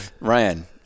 Ryan